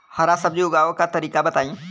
हरा सब्जी उगाव का तरीका बताई?